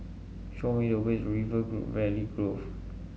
show me the way to River Valley Grove